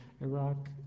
Iraq